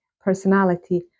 personality